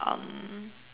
um